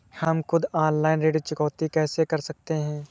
हम खुद ऑनलाइन ऋण चुकौती कैसे कर सकते हैं?